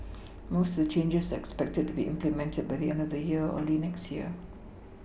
most of the changes are expected to be implemented by the end of the year or early next year